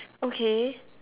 okay